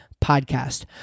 Podcast